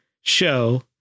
show